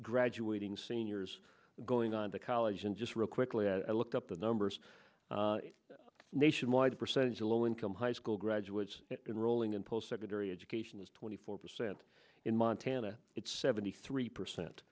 graduating seniors going on to college and just real quickly i looked up the numbers nationwide percentage of low income high school graduates enrolling in post secondary education is twenty four percent in montana it's seventy three percent